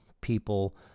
people